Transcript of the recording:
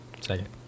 Second